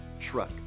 truck